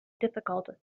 difficult